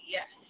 Yes